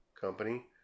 company